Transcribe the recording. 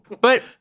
But-